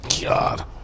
God